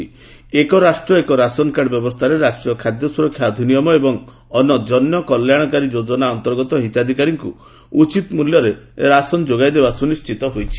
'ଏକ ରାଷ୍ଟ୍ର ଏକ ରାସନକାର୍ଡ' ବ୍ୟବସ୍ଥାରେ ରାଷ୍ଟ୍ରୀୟ ଖାଦ୍ୟ ସୁରକ୍ଷା ଅଧିନିୟମ ଏବଂ ଅନ୍ୟ କଲ୍ୟାଣକାରୀ ଯୋଜନା ଅନ୍ତର୍ଗତ ହିତାଧିକାରୀଙ୍କୁ ଉଚିତ୍ ମୂଲ୍ୟରେ ରାସନ ଯୋଗାଇଦେବା ସୁନିଶ୍ଚିତ ହୋଇଛି